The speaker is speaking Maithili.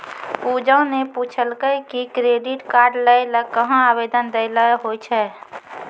पूजा ने पूछलकै कि क्रेडिट कार्ड लै ल कहां आवेदन दै ल होय छै